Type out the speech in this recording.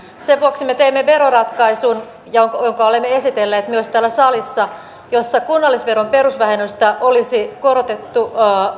sen vuoksi me teimme veroratkaisun jonka jonka olemme esitelleet myös täällä salissa jossa kunnallisveron perusvähennystä olisi korotettu